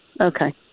Okay